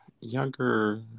younger